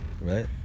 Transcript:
right